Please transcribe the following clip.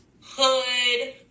hood